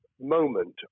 moment